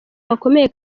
bakomeye